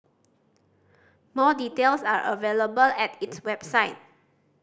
more details are available at its website